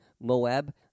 Moab